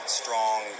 strong